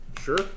Sure